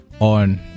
on